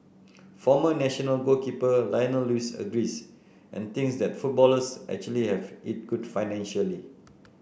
former national goalkeeper Lionel Lewis agrees and thinks that footballers actually have it good financially